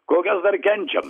kol kas dar kenčiam